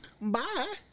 Bye